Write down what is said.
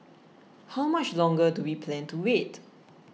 how much longer do we plan to wait